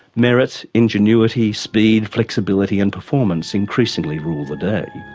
merit, ingenuity, speed, flexibility and performance increasingly rule the day.